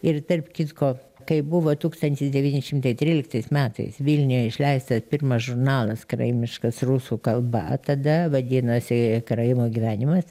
ir tarp kitko kai buvo tūkstantis devyni šimtai tryliktais metais vilniuje išleistas pirmas žurnalas karaimiškas rusų kalba tada vadinosi karaimų gyvenimas